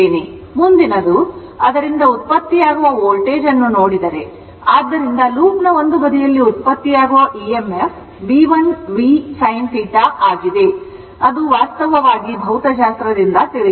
ಆದ್ದರಿಂದ ಮುಂದಿನದು ಆದ್ದರಿಂದ ಉತ್ಪತ್ತಿಯಾಗುವ ವೋಲ್ಟೇಜ್ ಅನ್ನು ನೋಡಿದರೆ ಆದ್ದರಿಂದ ಲೂಪ್ ನ ಒಂದು ಬದಿಯಲ್ಲಿ ಉತ್ಪತ್ತಿಯಾಗುವ emf Bl v sin ಆಗಿದೆ ಅದು ವಾಸ್ತವವಾಗಿ ಭೌತಶಾಸ್ತ್ರದಿಂದ ತಿಳಿದಿದೆ